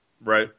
Right